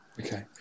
Okay